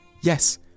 Yes